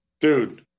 Dude